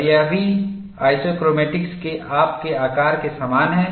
और यह भी इसोक्रोमैटिक्स के आपके आकार के समान है